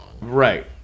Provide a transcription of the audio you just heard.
Right